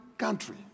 country